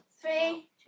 Three